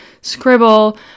scribble